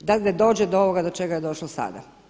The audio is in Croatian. da ne dođe do ovoga do čega je došlo sada.